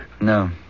No